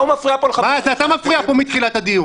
מה הוא מפריע פה --- אתה מפריע פה מתחילת הדיון.